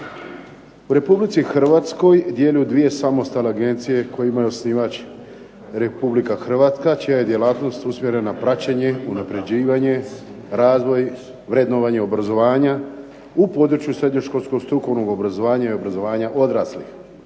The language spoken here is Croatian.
U RH djeluju 2 samostalne agencije kojima je osnivač RH čija je djelatnost usmjerena praćenje, unapređivanje, razvoj, vrednovanje obrazovanja u području srednjoškolskog strukovnog obrazovanja i obrazovanja odraslih.